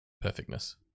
perfectness